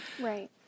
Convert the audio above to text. Right